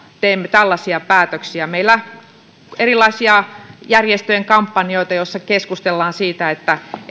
teemme tällaisia päätöksiä meillä on erilaisia järjestöjen kampanjoita joissa keskustellaan siitä